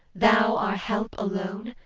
thou our help alone?